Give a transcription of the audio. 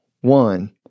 one